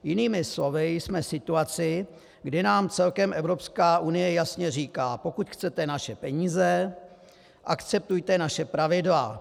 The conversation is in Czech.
Jinými slovy jsme v situaci, kdy nám Evropská unie celkem jasně říká: Pokud chcete naše peníze, akceptujte naše pravidla.